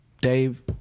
Dave